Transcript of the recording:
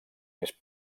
més